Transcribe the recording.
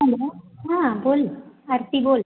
hello हां बोल आरती बोल